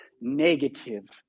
negative